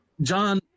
John